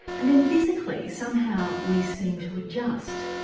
and then physically somehow we seem to adjust.